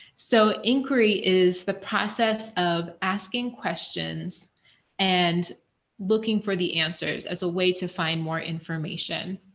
so, inquiry is the process of asking questions and looking for the answers as a way to find more information.